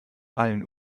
allen